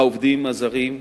העובדים הזרים,